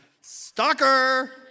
Stalker